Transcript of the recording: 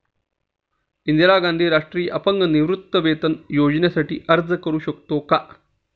इंदिरा गांधी राष्ट्रीय अपंग निवृत्तीवेतन योजनेसाठी अर्ज करू शकतो का?